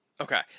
Okay